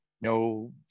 no